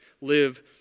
live